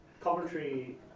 commentary